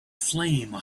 flame